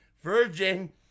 virgin